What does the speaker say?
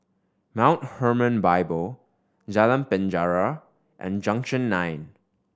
Mount Hermon Bible Jalan Penjara and Junction Nine